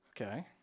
Okay